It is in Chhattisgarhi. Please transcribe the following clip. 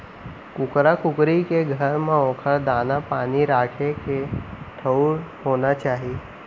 कुकरा कुकरी के घर म ओकर दाना, पानी राखे के ठउर होना चाही